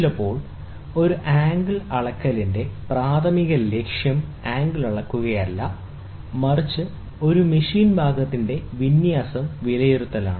ചിലപ്പോൾ ഒരു ആംഗിൾ അളക്കലിന്റെ പ്രാഥമിക ലക്ഷ്യം ആംഗിൾ അളക്കുകയല്ല മറിച്ച് ഒരു മെഷീൻ ഭാഗത്തിന്റെ വിന്യാസം വിലയിരുത്തലാണ്